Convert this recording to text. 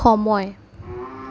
সময়